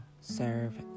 serve